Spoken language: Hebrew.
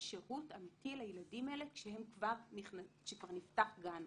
שירות אמיתי לילדים האלה כשכבר נפתח גן,